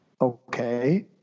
Okay